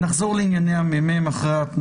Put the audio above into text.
נחזור לענייני מרכז המחקר והמידע